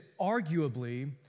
arguably